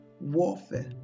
warfare